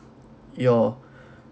your